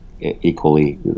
equally